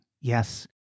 Yes